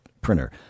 printer